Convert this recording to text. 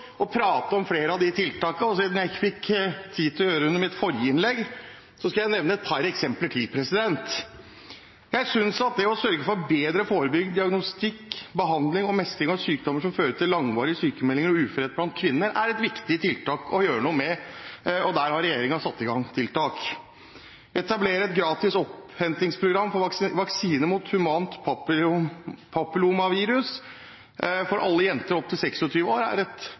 om flere av de tiltakene. Og siden jeg ikke fikk tid i mitt forrige innlegg, skal jeg ta et par eksempler til. Jeg synes at det å sørge for bedre forebyggende diagnostikk, behandling og mestring av sykdommer som fører til langvarige sykemeldinger og uførhet blant kvinner, er viktig, og der har regjeringen satt i gang tiltak. Å etablere et gratis opphentingsprogram for vaksine mot humant papillomavirus for alle jenter opptil 26 år er et